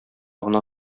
гына